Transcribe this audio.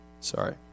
Sorry